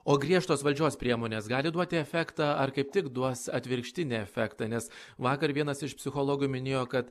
o griežtos valdžios priemonės gali duoti efektą ar kaip tik duos atvirkštinį efektą nes vakar vienas iš psichologų minėjo kad